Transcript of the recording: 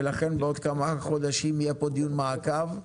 ולכן בעוד כמה חודשים יהיה פה דיון מעקב.